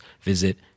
visit